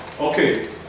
Okay